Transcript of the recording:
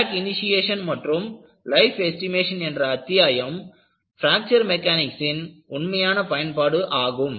crack initiation மற்றும் life estimation என்ற அத்தியாயம் பிராக்சர் மெக்கானிக்சின் உண்மையான பயன்பாடு ஆகும்